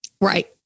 Right